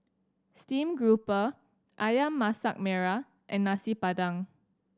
stream grouper Ayam Masak Merah and Nasi Padang